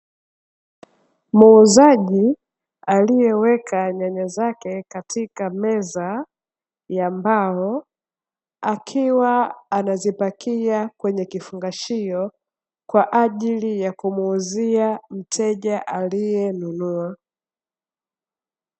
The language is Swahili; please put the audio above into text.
Muuzaji aliyeweka nyanya zake katika meza ya mbao, akiwa anazipakia kwenye kifungashio, kwa ajili ya kumuuzia mteja aliyenunua.